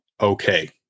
okay